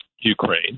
Ukraine